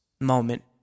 moment